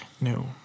No